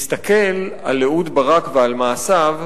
נסתכל על אהוד ברק ועל מעשיו,